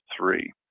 three